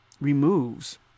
removes